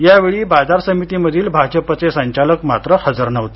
यावेळी बाजार समित्ती मधील भाजपचे संचालक मात्र हजर नव्हते